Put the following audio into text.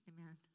Amen